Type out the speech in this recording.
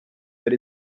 that